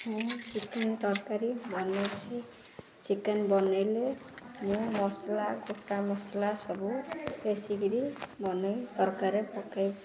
ମୁଁ ଚିକେନ୍ ତରକାରୀ ବନାଇଛି ଚିକେନ୍ ବନାଇଲେ ମୁଁ ମସଲା କୁଟା ମସଲା ସବୁ ବେଶିକରି ବନାଇ ତରକାରୀ ପକାଇ